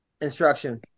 instruction